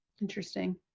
Interesting